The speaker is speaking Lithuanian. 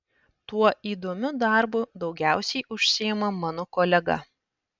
tuo įdomiu darbu daugiausiai užsiima mano kolega